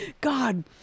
God